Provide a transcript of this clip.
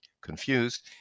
confused